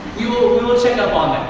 we will check up on